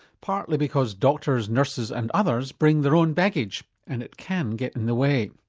partly because doctors, nurses and others bring their own baggage and it can get in the way.